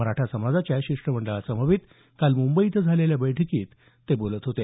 मराठा समाजाच्या शिष्टमंडळासमवेत काल मुंबई इथं झालेल्या बैठकीत ते बोलत होते